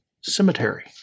cemetery